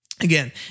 Again